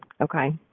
okay